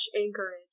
anchorage